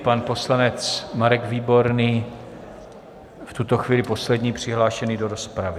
Pan poslanec Marek Výborný v tuto chvíli poslední přihlášený do rozpravy.